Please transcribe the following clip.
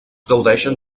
gaudeixen